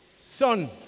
Son